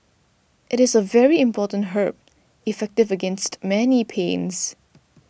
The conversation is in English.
it is a very important herb effective against many pains